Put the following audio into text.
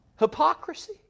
Hypocrisy